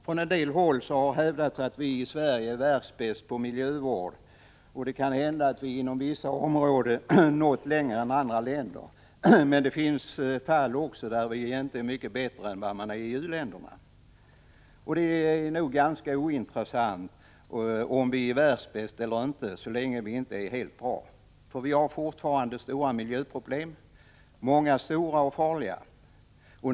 Från en del håll har hävdats att vi i Sverige är världsbäst på miljövård. Det kan hända att vi inom vissa områden nått längre än andra länder, men det finns också fall där vi inte är mycket bättre än vad man är i u-länderna. Det är ganska ointressant om vi är världsbäst eller inte så länge vi inte är helt bra. Vi har fortfarande miljöproblem — många, stora och farliga.